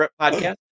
podcast